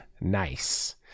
nice